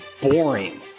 boring